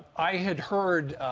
i had heard,